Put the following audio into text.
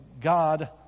God